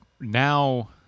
now